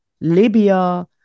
Libya